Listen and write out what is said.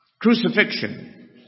Crucifixion